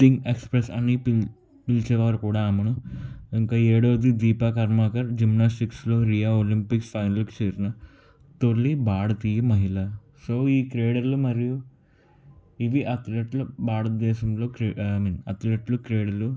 దింగ్ express అని పిల్ పిలిచేవారు కూడా ఆమెను ఇంకా ఏడోది దీపాకర్మాకర్ జిమ్నాస్టిక్స్లో రియా ఒలంపిక్స్ ఫైనల్కి చేరిన తొలి భారతీయ మహిళ సో ఈ క్రీడలు మరియు ఇవి అథ్లెట్లు భారతదేశంలో క్రీడ ఐ మీన్ అథ్లెట్లు క్రీడలు